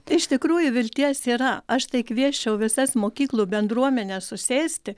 iš tikrųjų vilties yra aš tai kviesčiau visas mokyklų bendruomenes susėsti